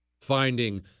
Finding